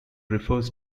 refers